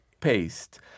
paste